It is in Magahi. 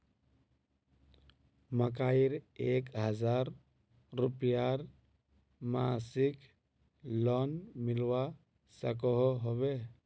मकईर एक हजार रूपयार मासिक लोन मिलवा सकोहो होबे?